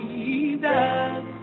Jesus